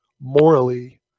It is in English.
morally